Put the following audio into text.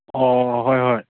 ꯑꯣ ꯍꯣꯏ ꯍꯣꯏ